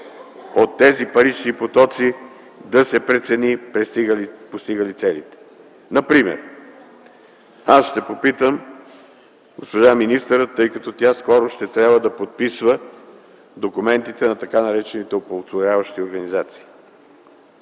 от тези парични потоци постига ли целите. Например аз ще попитам госпожа министъра, тъй като тя скоро ще трябва да подписва документите на така наречените оползотворяващи организации.